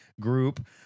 group